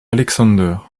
alexander